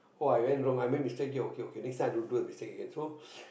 oh I went wrong I make mistake here okay okay next time i don't do a mistake again so